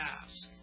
ask